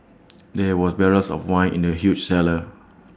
there were barrels of wine in the huge cellar